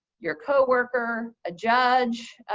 your co-worker, a judge,